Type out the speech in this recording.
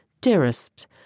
Dearest